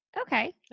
okay